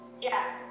Yes